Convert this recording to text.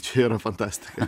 čia yra fantastika